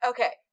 Okay